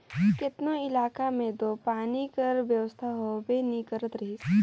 केतनो इलाका मन मे दो पानी कर बेवस्था होबे नी करत रहिस